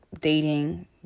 dating